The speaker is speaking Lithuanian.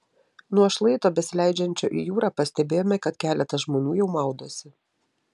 nuo šlaito besileidžiančio į jūrą pastebėjome kad keletas žmonių jau maudosi